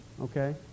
Okay